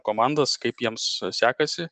komandas kaip jiems sekasi